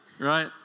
Right